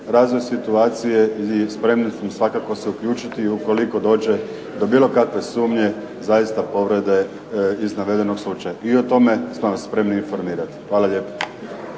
razvoj situacije i spremni smo svakako se uključiti ukoliko dođe do bilo kakve sumnje zaista povrede iz navedenog slučaja. I o tome smo vas spremni informirati. Hvala lijepo.